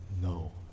no